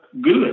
good